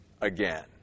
again